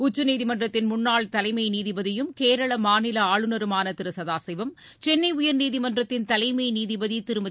உச்சநீதிமன்றத்தின் முன்னாள் தலைமை நீதிபதியும் கேரள மாநில ஆளுநருமான திருகதாசிவம் சென்னை உயர்நீதிமன்றத்தின் தலைமை நீதிபதி திருமதி